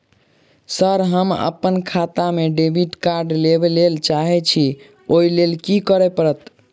Sir हम अप्पन खाता मे डेबिट कार्ड लेबलेल चाहे छी ओई लेल की परतै?